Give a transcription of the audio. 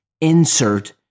insert